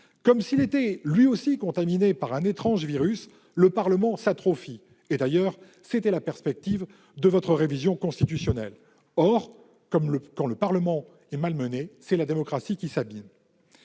Comme s'il était contaminé, lui aussi, par un étrange virus, le Parlement s'atrophie. C'était d'ailleurs la perspective de votre révision constitutionnelle. Or, quand le Parlement est malmené, c'est la démocratie qui s'abîme.